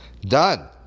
Done